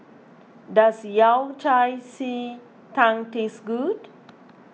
does Yao Cai Ji Tang taste good